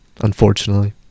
unfortunately